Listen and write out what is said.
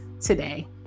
today